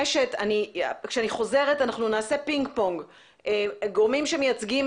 כשאחזור נעשה פינג-פונג בין גורמים שמייצגים